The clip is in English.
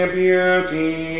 beauty